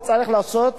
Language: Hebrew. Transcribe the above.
צריך לעשות